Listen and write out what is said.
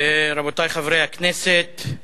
רבותי חברי הכנסת,